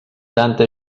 tanta